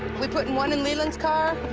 we putting one in leland's car?